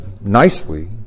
nicely